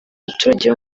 abaturage